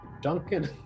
Duncan